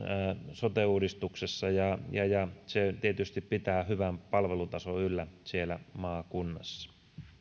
sote uudistuksessa ja ja se tietysti pitää hyvän palvelutason yllä siellä maakunnassa